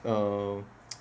err